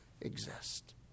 exist